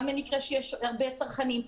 גם במקרה שיש הרבה צרכנים.